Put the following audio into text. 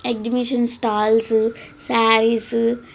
exhibition stalls sarees